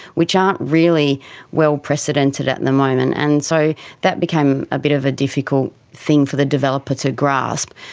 which aren't really well precedented at and the moment. and so that became a bit of a difficult thing for the developer to grasp.